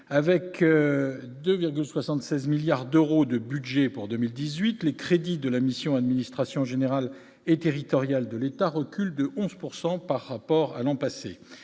avec 2 76 milliards d'euros de budget pour 2018, les crédits de la mission, administration générale et territoriale de l'État, recule de 11 pourcent par rapport à l'an passé,